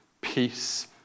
peace